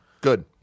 good